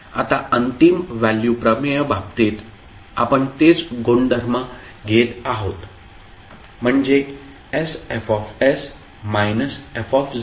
आता अंतिम व्हॅल्यू प्रमेय बाबतीत आपण तेच गुणधर्म घेत आहोत म्हणजे sFs f0Ldfdt0dfdte stdt